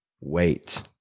wait